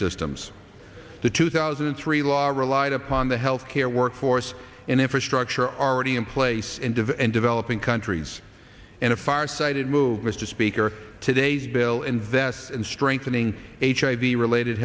systems the two thousand and three law relied upon the health care workforce in infrastructure already in place and of and developing countries and a far sighted move mr speaker today's bill invest in strengthening hiv related